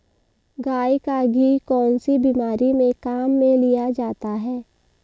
गाय का घी कौनसी बीमारी में काम में लिया जाता है?